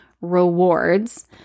rewards